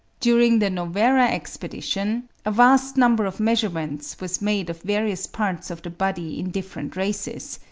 during the novara expedition a vast number of measurements was made of various parts of the body in different races,